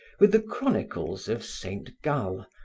with the chronicles of saint gall,